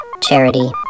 Charity